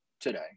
today